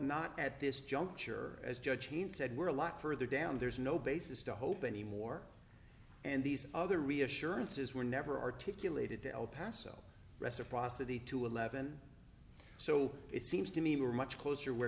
not at this juncture as judge jean said we're a lot further down there's no basis to hope anymore and these other reassurances were never articulated to el paso reciprocity to eleven so it seems to me we're much closer where